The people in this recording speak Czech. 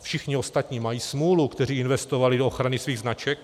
Všichni ostatní mají smůlu, kteří investovali do ochrany svých značek.